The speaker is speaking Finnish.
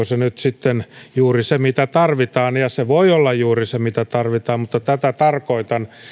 se nyt sitten juuri se mitä tarvitaan se voi olla juuri se mitä tarvitaan mutta tätä tarkoitan